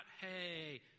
hey